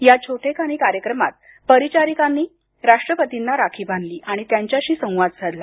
या छोटेखानी कार्यक्रमात परिचारिकांनी राष्ट्रपतींना राखी बांधली आणि त्यांच्याशी संवाद साधला